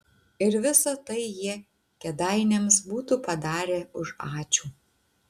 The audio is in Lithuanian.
ir visa tai jie kėdainiams būtų padarę už ačiū